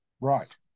Right